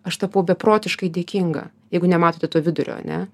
aš tapau beprotiškai dėkinga jeigu nematote to vidurio ane